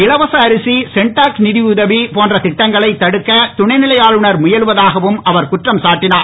இலவச அரிசி சென்டாக் நிதயுதவி போன்ற திட்டங்களை தடுக்க துணைநிலை ஆளுநர் முயலுவதாகவும் அவர் குற்றம் சாட்டினார்